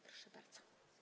Proszę bardzo.